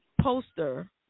poster